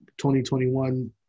2021